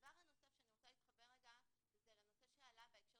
הדבר הנוסף שאני רוצה להתחבר אליו זה הנושא שעלה בהקשר